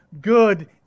good